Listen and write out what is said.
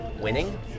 winning